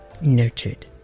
nurtured